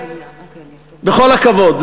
בכל הכבוד,